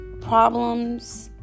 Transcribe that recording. problems